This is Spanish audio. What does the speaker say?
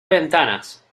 ventanas